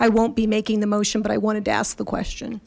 i won't be making the motion but i wanted to ask the question